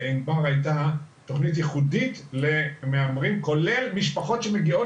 תוכנית ייחודית למהמרים כולל משפחות שמגיעות